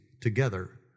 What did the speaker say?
together